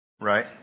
right